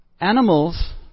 animals